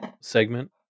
segment